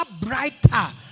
brighter